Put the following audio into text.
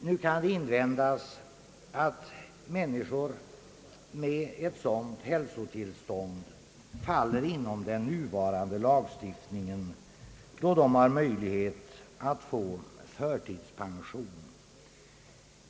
Nu kan det invändas, att människor med ett sådant hälsotillstånd faller inom den nuvarande lagstiftningen, eftersom de har möjlighet att få förtidspension.